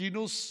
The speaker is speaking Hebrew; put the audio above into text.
כינוס פיזי,